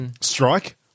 Strike